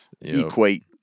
Equate